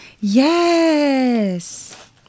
yes